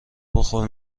بخور